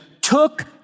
took